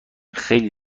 خیلی